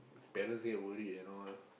parents they are worried you know